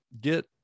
get